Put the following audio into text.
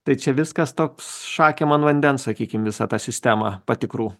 tai čia viskas toks šakėm ant vandens sakykim visą tą sistemą patikrų